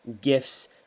gifts